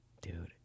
Dude